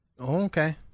okay